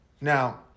Now